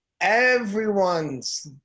everyone's